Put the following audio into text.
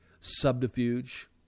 subterfuge